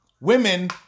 women